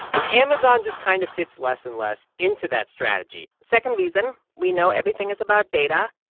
and amazon just kind of fits less and less into that strategy second reason we know everything is about data,